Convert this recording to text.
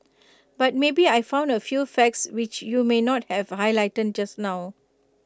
but maybe I found A few facts which you may not have highlighted just now